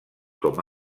com